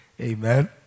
Amen